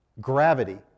gravity